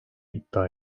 iddia